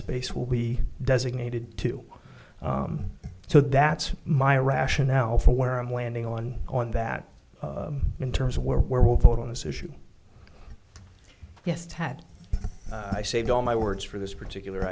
space will be designated to so that's my rationale for where i'm landing on on that in terms of where where will vote on this issue yes tad i saved all my words for this particular